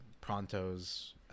Pronto's